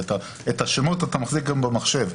את השמות אתה מחזיק גם במחשב.